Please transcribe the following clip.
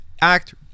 act